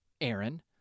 Aaron